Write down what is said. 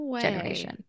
generation